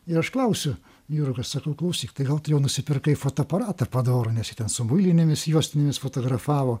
ir aš klausiu jurga sakau klausyk tai gal jau nusipirkai fotoaparatą padorų nes ji ten su muilinėmis juostinėmis fotografavo